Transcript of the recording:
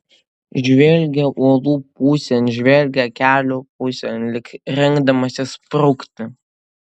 žvelgia uolų pusėn žvelgia kelio pusėn lyg rengdamasis sprukti